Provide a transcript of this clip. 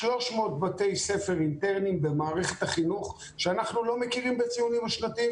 300 בתי ספר אינטרניים במערכת החינוך שאנחנו לא מכירים בציונים השנתיים